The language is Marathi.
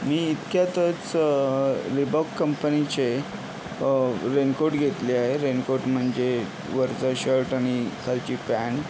मी इतक्यातचं रिबॉक कंपनीचे रेनकोट घेतले आहे रेनकोट म्हणजे वरचा शर्ट आणि खालची पॅन्ट